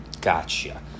Gotcha